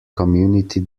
community